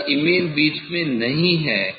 अगर इमेज बीच में नहीं है